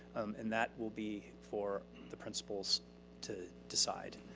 and that will be for the principals to decide.